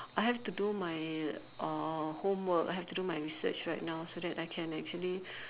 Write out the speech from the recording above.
I have to my uh homework I have to do my research right now so that I can actually